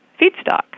feedstock